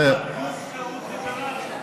גוש חרות ליברלי.